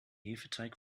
hefeteig